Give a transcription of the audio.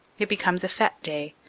it becomes a fete day.